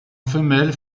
femelle